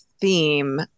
theme